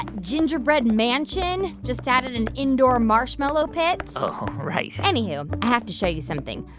and gingerbread mansion. just added an indoor marshmallow pit oh, right anywho, i have to show you something.